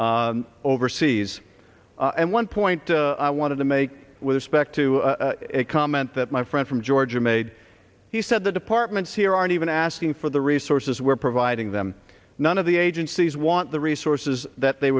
shelters overseas and one point i wanted to make with respect to a comment that my friend from georgia made he said the departments here aren't even asking for the resources we're providing them none of the agencies want the resources that they